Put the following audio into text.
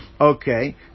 okay